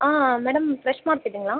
ஆ madam fresh மார்க்கெட்டுங்களா